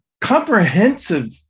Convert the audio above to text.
comprehensive